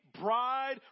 bride